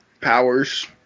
powers